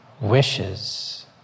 wishes